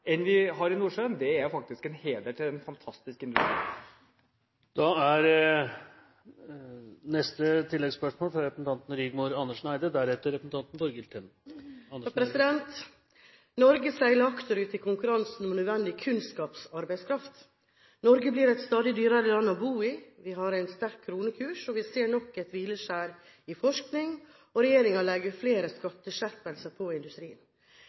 enn vi har i Nordsjøen. Det er faktisk en heder til en fantastisk industri. Rigmor Andersen Eide – til oppfølgingsspørsmål. Norge seiler akterut i konkurransen om nødvendig kunnskapsarbeidskraft. Norge blir et stadig dyrere land å bo i, vi har en sterk kronekurs, vi ser nok et hvileskjær i forskning, og regjeringen legger flere skatteskjerpelser på industrien.